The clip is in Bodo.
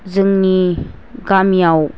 जोंनि गामिआव